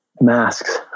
masks